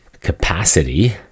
capacity